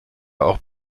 auch